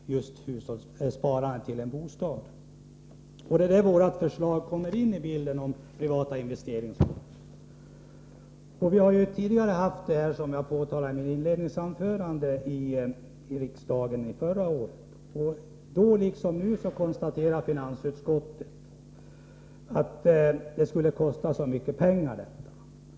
Just sparandet till en bostad utgör en av grundpelarna i en bra ekonomi. Det är här vårt förslag om privata investeringskonton kommer in i bilden. Även i mitt anförande i förra årets debatt tog jag upp detta. Då liksom nu konstaterar finansutskottet att ett sådant system skulle kosta så mycket pengar.